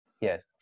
yes